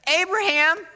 Abraham